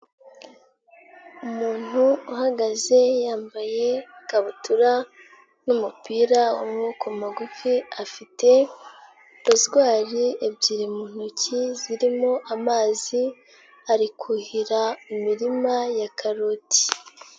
Umuntu uhagaze yambaye ikabutura n'umupira w'amboko magufi, afite rozwari ebyiri mu ntoki, zirimo amazi, ari kuhira imirima ya karoti.